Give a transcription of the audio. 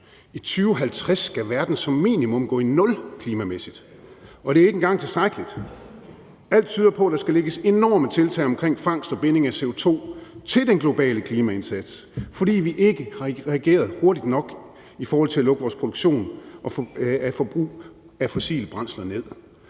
I 2050 skal verden som minimum gå i nul klimamæssigt, og det er ikke engang tilstrækkeligt. Alt tyder på, at der skal lægges enorme tiltag omkring fangst og binding af CO2 til den globale klimaindsats, fordi vi ikke har reageret hurtigt nok i forhold til at lukke vores produktion af forbrug af fossile brændsler ned.